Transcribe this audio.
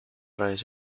redes